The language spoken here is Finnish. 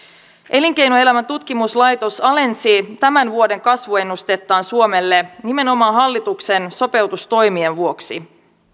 elinkeinoelämän tutkimuslaitos alensi tämän vuoden kasvuennustettaan suomelle nimenomaan hallituksen sopeutustoimien vuoksi